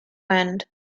wind